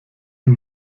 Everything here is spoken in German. ihm